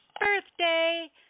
birthday